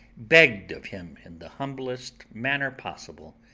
begged of him, in the humblest manner possible,